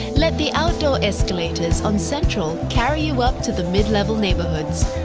let the outdoor escalators on central carry you up to the midlevel neighborhoods.